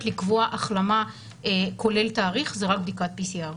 לקבוע החלמה כולל תאריך זה רק בדיקת PCR,